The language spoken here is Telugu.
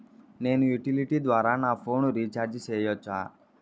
నేను యుటిలిటీ ద్వారా నా ఫోను రీచార్జి సేయొచ్చా?